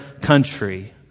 country